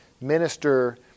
minister